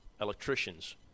electricians